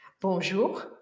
Bonjour